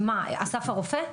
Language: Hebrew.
מה, אסף הרופא?